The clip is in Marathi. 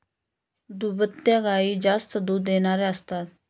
दुभत्या गायी जास्त दूध देणाऱ्या असतात